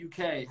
UK